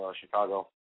Chicago